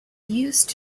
used